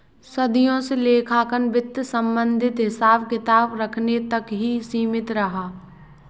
सदियों से लेखांकन वित्त संबंधित हिसाब किताब रखने तक ही सीमित रहा